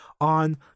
on